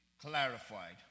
Clarified